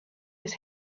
his